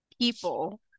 people